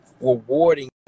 rewarding